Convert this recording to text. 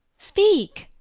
speak!